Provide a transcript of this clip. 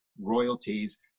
royalties